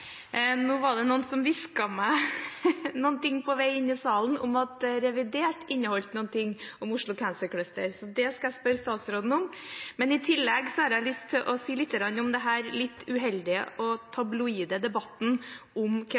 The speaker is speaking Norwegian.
Nå var det noen som hvisket meg noe på vei inn i salen om at revidert inneholdt noe om Oslo Cancer Cluster, så det skal jeg spørre statsråden om. I tillegg har jeg lyst til å si noe om den litt uheldige og tabloide debatten om